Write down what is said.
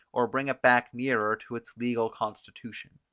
or bring it back nearer to its legal constitution.